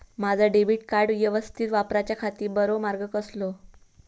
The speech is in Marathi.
माजा डेबिट कार्ड यवस्तीत वापराच्याखाती बरो मार्ग कसलो?